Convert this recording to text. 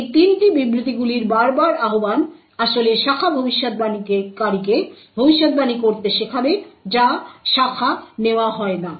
এই 3টি বিবৃতিগুলির বারবার আহ্বান আসলে শাখা ভবিষ্যদ্বাণীকারীকে ভবিষ্যদ্বাণী করতে শেখাবে যে শাখা নেওয়া হয় না